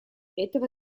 этого